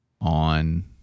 on